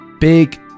Big